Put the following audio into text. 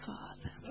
Father